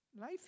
Life